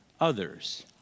others